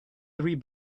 three